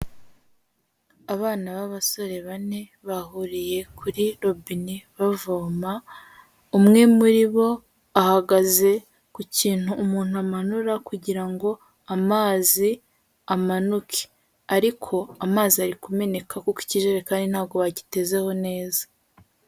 Abana b'abasore bane bahuriye kuri robine bavoma, umwe muri bo ahagaze ku kintu umuntu amanura kugira ngo amazi amanuke, ariko amazi ari kumeneka kuko ikijerekani ntago gitezeho neza.